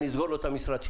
אני אסגור לו את המשרד שלו.